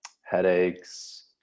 headaches